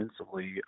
offensively